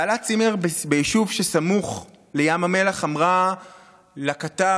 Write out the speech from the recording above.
בעלת צימר ביישוב שסמוך לים המלח אמרה לכתב: